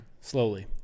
Slowly